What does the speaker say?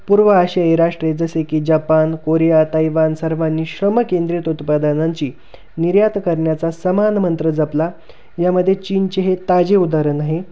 पूर्व आशियाई राष्ट्रे जसे की जापान कोरिया ताईवान सर्वांनी श्रमकेंद्रित उत्पादनांची निर्यात करण्याचा समानमंत्र जपला यामध्ये चीनचे हे ताजे उदाहरण आहे